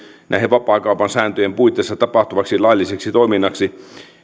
vapaakaupan sääntöjen puitteissa tapahtuvaksi lailliseksi toiminnaksi